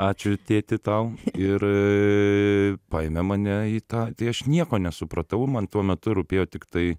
ačiū tėti tau ir paėmė mane į tą tai aš nieko nesupratau man tuo metu rūpėjo tiktai